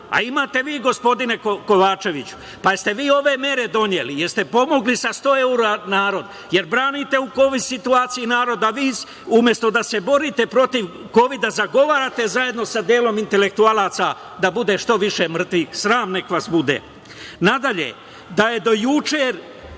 a imate vi gospodine Kovačeviću? Pa, jeste vi ove mere doneli? Jeste pomogli sa 100 evra narod? Jer branite u Kovid situacije narod, da vi umesto da se borite protiv Kovida zagovarate zajedno sa delom intelektualaca da bude što više mrtvih. Sram nek vas bude. Nadalje, da je do juče,